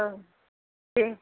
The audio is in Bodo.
औ दे